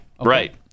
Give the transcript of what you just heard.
Right